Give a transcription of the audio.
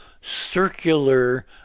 circular